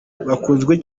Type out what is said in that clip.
bakunzwe